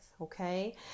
Okay